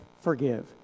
forgive